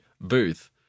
booth